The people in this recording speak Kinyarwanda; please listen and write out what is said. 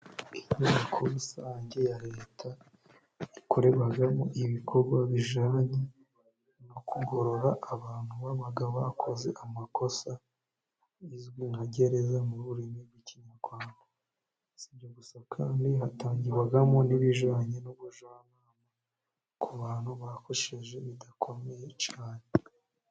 Inyubako rusange ya leta yakorerwagamo ibikorwa bijyanye no kugorora abantu babaga bakoze amakosa, izwi nka gereza mu rurimi rw'ikinyarwanda, si ibyo gusa kandi hatangirwamo n'ibijyanye n'ubuzamu ku bantu bakosheje bidakomeye cyane.